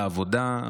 לעבודה,